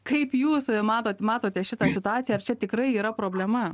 kaip jūs matot matote šitą situaciją ar čia tikrai yra problema